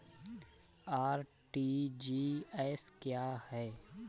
RTGS क्या है?